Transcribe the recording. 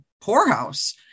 poorhouse